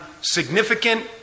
significant